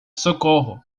socorro